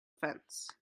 fence